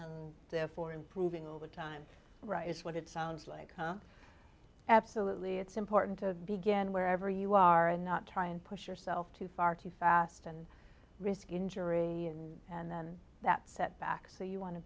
and therefore improving all the time right is what it sounds like absolutely it's important to begin wherever you are and not try and push yourself too far too fast and risk injury and then that setback so you want to